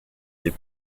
les